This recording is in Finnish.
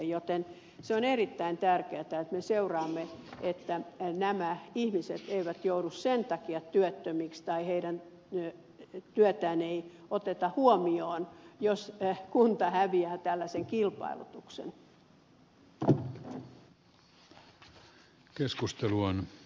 joten on erittäin tärkeätä että seuraamme että nämä ihmiset eivät joudu sen takia työttömiksi tai heidän työtään ei oteta huomioon että kunta häviää tällaisen kilpailutuksen